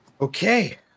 Okay